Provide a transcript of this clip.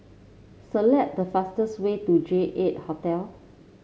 select the fastest way to J eight Hotel